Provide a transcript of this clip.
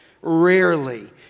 rarely